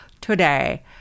today